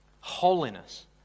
Holiness